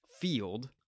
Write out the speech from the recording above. field